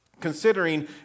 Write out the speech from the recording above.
Considering